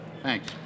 Thanks